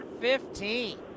Fifteen